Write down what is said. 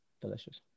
Delicious